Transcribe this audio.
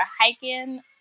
hiking